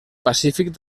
pacífic